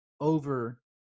over